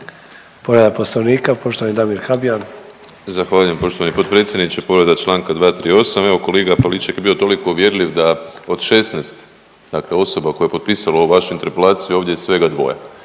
Povreda Poslovnika poštovani Damir Habijan. **Habijan, Damir (HDZ)** Zahvaljujem poštovani potpredsjedniče. Povreda članka 238. Evo kolega Pavliček je bio toliko uvjerljiv, da od 16 dakle osoba koje je potpisalo ovu vašu interpelaciju ovdje je svega dvoje,